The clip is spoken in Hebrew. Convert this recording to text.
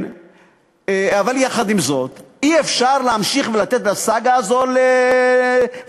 אבל יחד עם זאת אי-אפשר להמשיך ולתת לסאגה הזאת להתקיים.